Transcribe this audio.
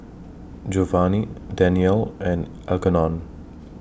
Jovany Daniele and Algernon